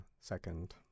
second